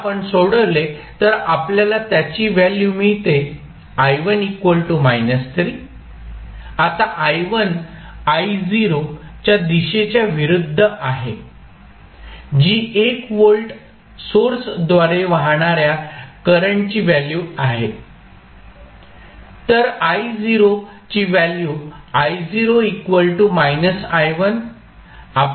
जर आपण सोडवले तर आपल्याला त्याची व्हॅल्यू मिळते आता च्या दिशेच्या विरुद्ध आहे जी 1 व्होल्ट व्होल्टेज सोर्सद्वारे वाहणार्या करंटची व्हॅल्यू आहे तर ची व्हॅल्यू